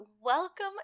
welcome